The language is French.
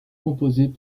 composées